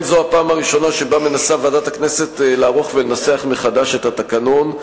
אין זו הפעם הראשונה שוועדת הכנסת מנסה לערוך ולנסח מחדש את התקנון.